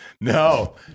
No